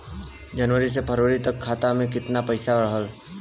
जनवरी से फरवरी तक खाता में कितना पईसा रहल?